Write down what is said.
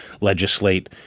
legislate